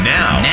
now